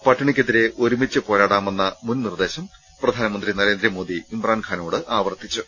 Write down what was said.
പട്ടിണിക്കെതിരെ ഒരുമിച്ച് പോരാടാമെന്ന മുൻ നിർദ്ദേശം പ്രധാ നമന്ത്രി നരേന്ദ്രമോദി ഇമ്രാൻഖാനോട് ആവർത്തിച്ചു